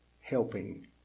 helping